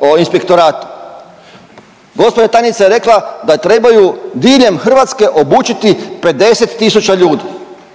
o inspektoratu. Gospođa tajnica je rekla da trebaju diljem Hrvatske obučiti 50 tisuća ljudi.